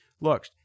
Look